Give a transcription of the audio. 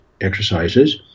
exercises